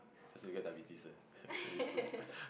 just that you get diabetes eh very soon